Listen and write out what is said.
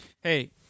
Hey